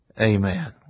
amen